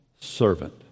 servant